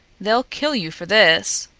they'll kill you for this!